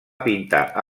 pintar